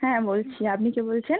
হ্যাঁ বলছি আপনি কে বলছেন